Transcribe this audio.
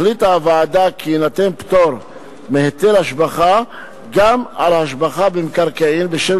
החליטה הוועדה כי יינתן פטור מהיטל השבחה גם על השבחה במקרקעין בשל